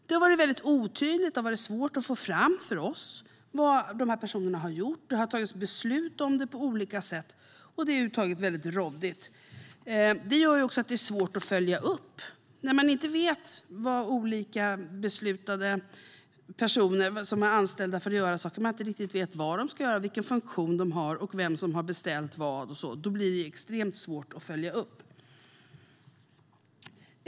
Det har varit väldigt otydligt, och det har varit svårt för oss att få fram vad de här personerna har gjort. Det har tagits beslut om det på olika sätt, och det är över huvud taget väldigt råddigt. Det gör också att det är svårt att följa upp. När man inte vet vad olika personer som är anställda för att göra saker ska göra, vilken funktion de har och vem som har beställt vad blir det extremt svårt att följa upp.